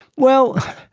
well,